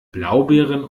blaubeeren